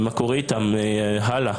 מה קורה איתם הלאה?